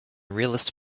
realist